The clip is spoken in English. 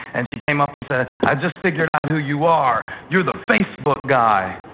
and she came up and said, i just figured out who you are. you're the facebook guy.